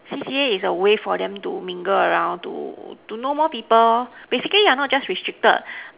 C_C_A is a way for them to mingle around to to know more people basically you're not just restricted